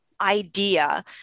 idea